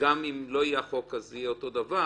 גם אם לא יהיה החוק אז יהיה אותו דבר